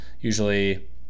usually